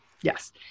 Yes